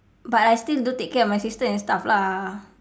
but I still do take care of my sister and stuff lah